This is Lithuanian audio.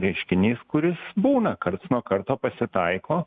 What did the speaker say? reiškinys kuris būna karts nuo karto pasitaiko